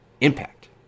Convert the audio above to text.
Impact